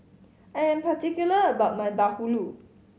I am particular about my bahulu